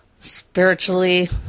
Spiritually